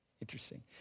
Interesting